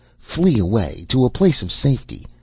flee away to a place of safety.